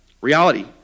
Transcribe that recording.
Reality